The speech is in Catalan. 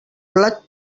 blat